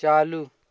चालू